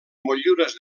motllures